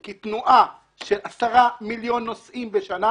כי תנועה של 10 מיליון נוסעים בשנה,